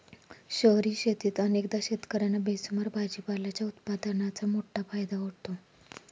शहरी शेतीत अनेकदा शेतकर्यांना बेसुमार भाजीपाल्याच्या उत्पादनाचा मोठा फायदा होतो